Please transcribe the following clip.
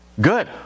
good